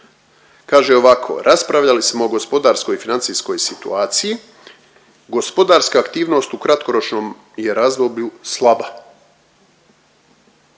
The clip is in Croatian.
Kaže ovako, raspravljali smo o gospodarskoj i financijskoj situaciji. Gospodarska aktivnost u kratkoročnom je razdoblju slaba.